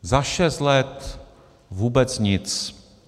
Za šest let vůbec nic.